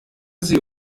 sie